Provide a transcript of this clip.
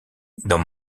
dans